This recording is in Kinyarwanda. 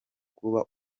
kuba